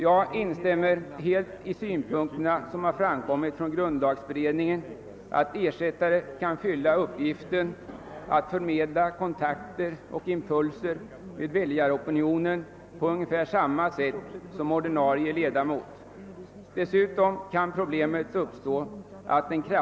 Jag instämmer helt i de synpunkter som har anförts av grundlagberedningen, att ersättare kan fylla uppgiften att förmedla kontakter och impulser från väljaropinionen på ungefär samma sätt som ordinarie ledamot.